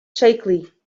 shakily